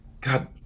God